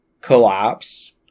collapse